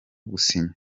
gusinya